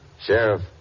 Sheriff